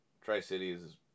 Tri-Cities